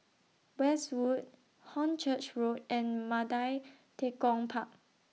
Westwood Hornchurch Road and Mandai Tekong Park